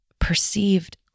perceived